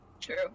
True